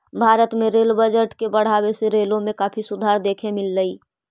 भारत में rail budget के बढ़ावे से रेलों में काफी सुधार देखे मिललई